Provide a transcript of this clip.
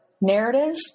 narrative